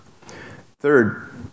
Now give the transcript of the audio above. Third